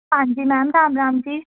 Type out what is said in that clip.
ਹਾਂਜੀ ਮੈਮ ਰਾਮ ਰਾਮ ਜੀ